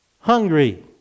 hungry